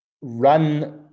run